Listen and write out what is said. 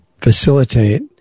facilitate